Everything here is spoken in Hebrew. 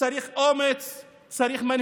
צריך אומץ.